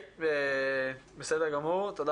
תודה.